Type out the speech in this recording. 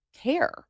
care